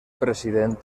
president